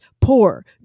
poor